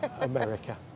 America